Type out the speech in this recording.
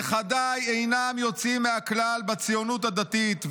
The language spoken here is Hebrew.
נכדיי אינם יוצאים מהכלל בציונות הדתית,